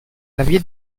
via